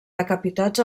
decapitats